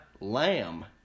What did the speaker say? lamb